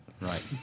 Right